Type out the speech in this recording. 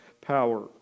power